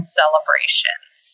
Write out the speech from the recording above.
celebrations